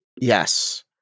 Yes